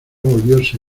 volvióse